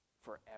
Forever